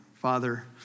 Father